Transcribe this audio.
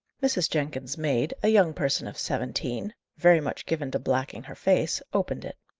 mrs. jenkins's maid, a young person of seventeen, very much given to blacking her face, opened it.